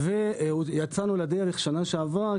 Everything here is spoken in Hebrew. יצאנו לדרך בשנה שעברה,